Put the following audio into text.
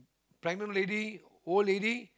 pregnant lady old lady